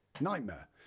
Nightmare